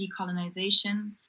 decolonization